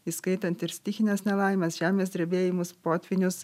įskaitant ir stichines nelaimes žemės drebėjimus potvynius